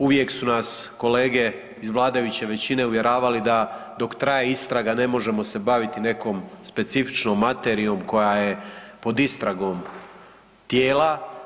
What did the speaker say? Uvijek su nas kolege iz vladajuće većine uvjeravali da dok traje istraga ne možemo se baviti nekom specifičnom materijom koja je pod istragom tijela.